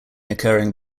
occurring